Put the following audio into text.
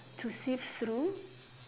to see through